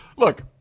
Look